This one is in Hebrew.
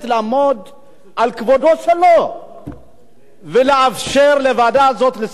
על כבודו שלו ולאפשר לוועדה הזאת לסיים את עבודתה